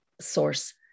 source